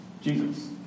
Jesus